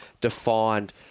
defined